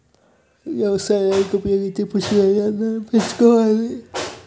వ్యవసాయానికి ఉపయోగించే పశువుల్ని అందరం పెంచుకోవాలి